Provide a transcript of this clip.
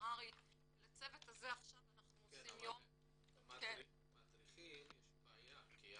אני גם רוצה להחזיר אותנו לסרטון.